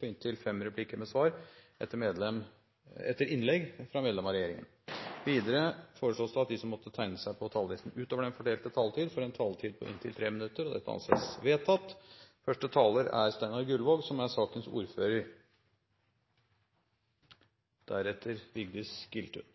på inntil fem replikker med svar etter innlegg fra medlem av regjeringen innenfor den fordelte taletid. Videre blir det foreslått at de som måtte tegne seg på talerlisten utover den fordelte taletid, får en taletid på inntil 3 minutter. – Det anses vedtatt. Først vil jeg takke komiteen for et godt samarbeid i denne saken. Dette er en sak som alle i komiteen mener er